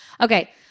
okay